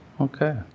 Okay